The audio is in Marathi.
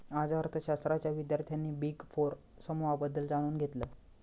आज अर्थशास्त्राच्या विद्यार्थ्यांनी बिग फोर समूहाबद्दल जाणून घेतलं